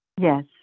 Yes